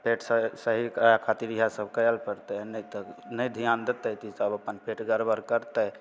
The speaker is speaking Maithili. पेट सही सही करऽ खातिर इहए सब करऽ पड़तै नहि तऽ नहि ध्यान देतै तऽ ईसब अपन पेट गड़बड़ करतै